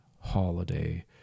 holiday